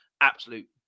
Absolute